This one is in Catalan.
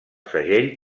segell